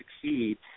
succeed